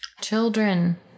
Children